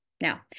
Now